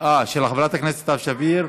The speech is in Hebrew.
של חברת הכנסת סתיו שפיר,